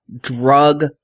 drug